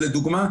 לדוגמה,